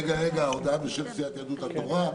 רגע, רגע, הודעה בשם סיעת יהדות התורה.